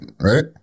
right